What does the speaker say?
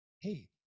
hey